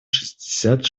шестьдесят